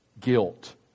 Guilt